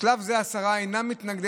בשלב זה, השרה אינה מתנגדת